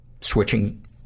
switching